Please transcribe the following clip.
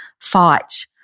fight